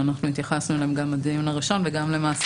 התייחסנו אליהם גם בדיון הראשון וגם למעשה